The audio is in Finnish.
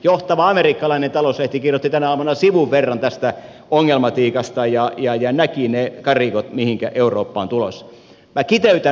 johtava amerikkalainen talouslehti kirjoitti tänä aamuna sivun verran tästä ongelmatiikasta ja näki ne karikot mihinkä eurooppa on tulossa